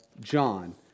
John